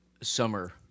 summer